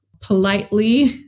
politely